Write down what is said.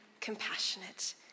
compassionate